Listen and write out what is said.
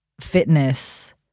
fitness